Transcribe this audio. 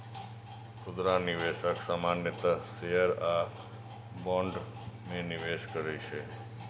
खुदरा निवेशक सामान्यतः शेयर आ बॉन्ड मे निवेश करै छै